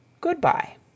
goodbye